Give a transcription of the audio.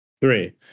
Three